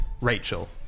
Rachel